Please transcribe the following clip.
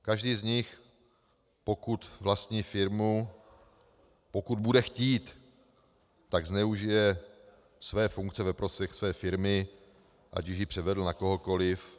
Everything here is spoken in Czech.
Každý z nich, pokud vlastní firmu, pokud bude chtít, tak zneužije své funkce ve prospěch své firmy, ať už ji převede na kohokoliv.